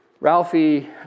Ralphie